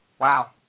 Wow